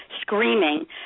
screaming